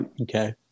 Okay